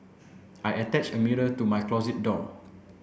I attached a mirror to my closet door